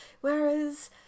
Whereas